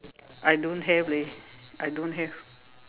I don't have leh I don't have